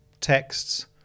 texts